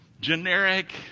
generic